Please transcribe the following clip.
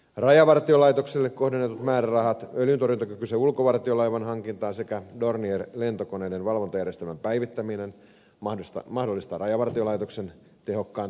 rajavartiolaitokselle kohdennetut määrärahat öljyntorjuntakykyisen ulkovartiolaivan hankintaan sekä dornier lentokoneiden valvontajärjestelmän päivittäminen mahdollistavat rajavartiolaitoksen tehokkaan toimintakyvyn